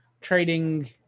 trading